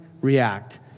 react